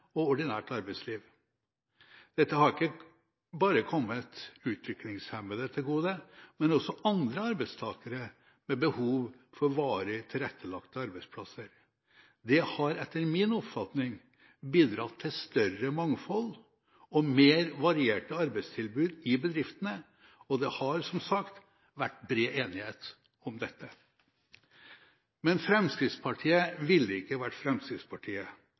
og ordinært arbeidsliv. Dette har ikke bare kommet utviklingshemmede til gode, men også andre arbeidstakere med behov for varig tilrettelagte arbeidsplasser. Det har etter min oppfatning bidratt til større mangfold og mer varierte arbeidstilbud i bedriftene, og det har, som sagt, vært bred enighet om dette. Men Fremskrittspartiet ville ikke vært Fremskrittspartiet